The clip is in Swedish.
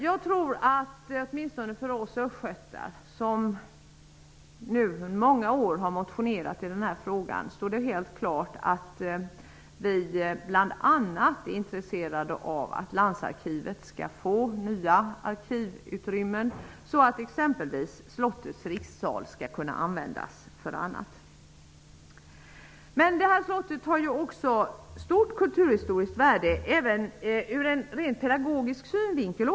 Jag tror att det åtminstone för oss östgötar, som nu under många år motionerat i den här frågan, står helt klart att vi bl.a. är intresserade av att landsarkivet skall få nya arkivutrymmen så att exempelvis slottets rikssal skall kunna användas för annat. Slottet har stort kulturhistoriskt värde även ur en rent pedagogisk synvinkel.